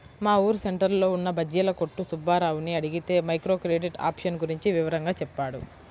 మా ఊరు సెంటర్లో ఉన్న బజ్జీల కొట్టు సుబ్బారావుని అడిగితే మైక్రో క్రెడిట్ ఆప్షన్ గురించి వివరంగా చెప్పాడు